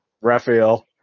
Raphael